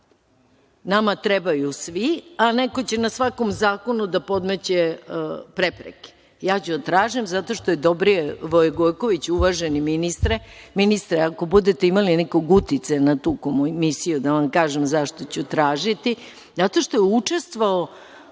trebaju svi, a neko će na svakom zakonu da podmeće prepreke. Ja ću da tražim zato što je Dobrivoje Gojković, uvaženi ministre… Ministre, ako budete imali nekog uticaja na tu komisiju, da vam kažem zašto ću tražiti. Zato što je učestvovao